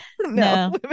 No